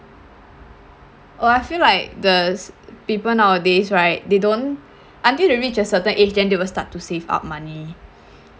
oh I feel like the s~ people nowadays right they don't until they reach a certain age then they will start to save up money